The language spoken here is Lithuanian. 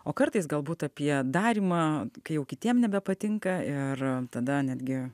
o kartais galbūt apie darymą kai jau kitiem nebepatinka ir tada netgi